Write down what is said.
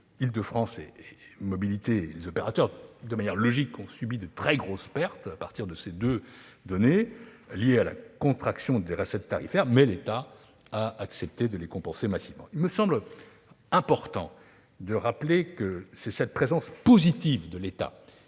Île-de-France Mobilités et les opérateurs ont subi, de ce fait, de très grosses pertes financières liées à la contraction des recettes tarifaires, mais l'État a accepté de les compenser massivement. Il me semble important de rappeler que c'est cette présence positive de l'État